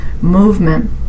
movement